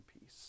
peace